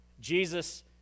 Jesus